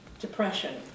depression